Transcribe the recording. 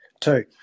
two